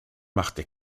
machte